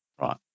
Right